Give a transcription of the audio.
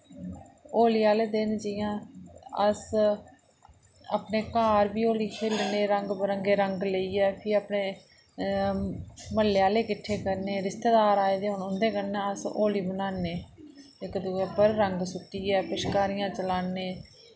होली आह्ले दिन जि'यां अस अपने घर वि होली खेलने रंग बरंगे रंग लेइयै फ्ही अपने म्हल्ले आह्ले किट्ठे करने रिश्तेदार आए दे होन उंदे कन्नै अस होली बनाने इक दुए उप्पर रंग सुटियै पश्कारियां चलाने